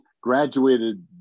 graduated